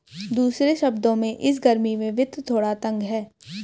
दूसरे शब्दों में, इस गर्मी में वित्त थोड़ा तंग है